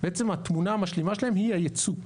בעצם התמונה המשלימה שלהם היא הייצוא,